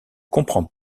comprends